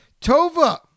Tova